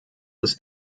ist